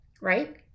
right